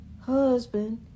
husband